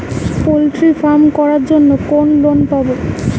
Poultry farm করার জন্য কোন লোন পাব?